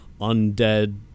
undead